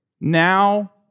now